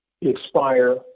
expire